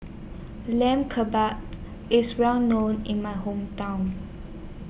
Lamb Kebabs IS Well known in My Hometown